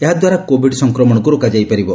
ଏହାଦ୍ୱାରା କୋଭିଡ୍ ସଂକ୍ରମଣକୁ ରୋକାଯାଇପାରିବ